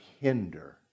hinder